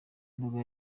nduga